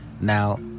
Now